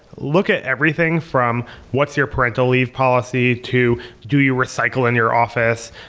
look at everything from what's your parental leave policy, to do you recycle in your office,